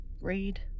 Read